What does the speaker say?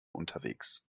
unterwegs